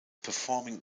performing